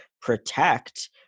protect